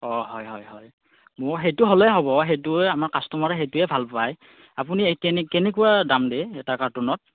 অ হয় হয় হয় মোক সেইটো হ'লে হ'ব সেইটোৱে আমাৰ কাষ্টমাৰে সেইটোৱে ভাল পায় আপুনি কেনেকুৱা দাম দিয়ে এটা কাৰ্টোনত